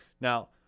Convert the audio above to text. Now